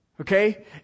Okay